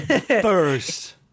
First